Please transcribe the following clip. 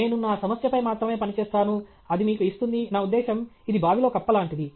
నేను నా సమస్యపై మాత్రమే పని చేస్తాను అది మీకు ఇస్తుంది నా ఉద్దేశ్యం ఇది బావిలో కప్ప లాంటిది